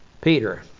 Peter